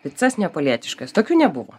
picas neapolietiškas tokių nebuvo